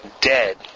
dead